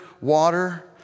water